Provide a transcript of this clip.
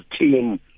team